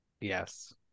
Yes